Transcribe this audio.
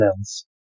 else